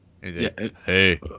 Hey